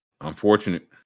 Unfortunate